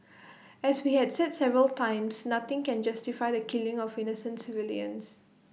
as we have said several times nothing can justify the killing of innocent civilians